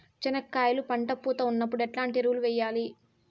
చెనక్కాయలు పంట పూత ఉన్నప్పుడు ఎట్లాంటి ఎరువులు వేయలి?